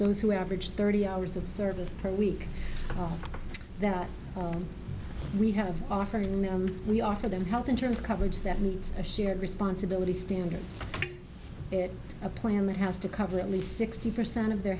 those who averaged thirty hours of service per week that we have offered and we offer them health insurance coverage that meets a shared responsibility standard a plan that has to cover at least sixty percent of their